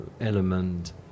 element